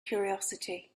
curiosity